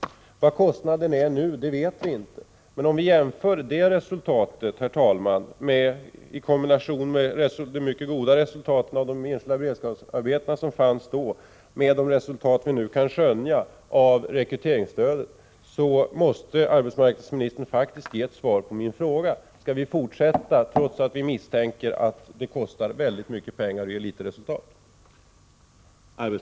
Vi vet inte hur stora dessa kostnader är i dag. Men om vi jämför de resultat, herr talman, som vi nu kan skönja av rekryteringsstödet med de mycket goda resultaten av de enskilda beredskapsarbeten som fanns tidigare, måste arbetsmarknadsministern faktiskt ge ett svar på min fråga: Skall vi fortsätta, trots att vi misstänker att det kostar väldigt mycket pengar och ger litet resultat?